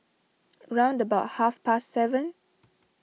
round about half past seven